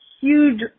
huge